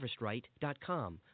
harvestright.com